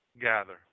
gather